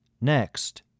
Next